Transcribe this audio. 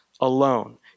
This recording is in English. alone